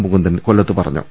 മുകുന്ദൻ കൊല്ലത്ത് പറഞ്ഞു